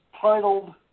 titled